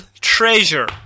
Treasure